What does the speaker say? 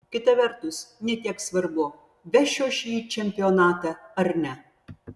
kita vertus ne tiek svarbu vešiu aš jį į čempionatą ar ne